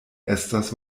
estas